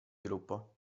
gruppo